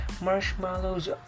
marshmallows